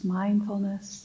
mindfulness